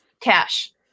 cash